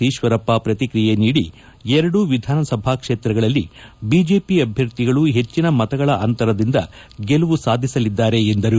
ಈಶ್ವರಪ್ಪ ಪ್ರತಿಕ್ರಿಯೆ ನೀಡಿ ಎರಡೂ ವಿಧಾನಸಭಾ ಕ್ಷೇತ್ರಗಳಲ್ಲಿ ಬಿಜೆಪಿ ಅಭ್ಯರ್ಥಿಗಳು ಹೆಚ್ಚಿನ ಮತಗಳ ಅಂತರದಿಂದ ಗೆಲುವು ಸಾಧಿಸಲಿದ್ದಾರೆ ಎಂದರು